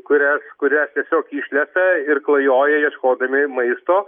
kurias kurias tiesiog išlesa ir klajoja ieškodami maisto